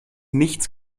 nichts